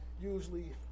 usually